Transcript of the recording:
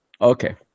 Okay